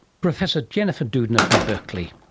professor jennifer doudna from berkeley.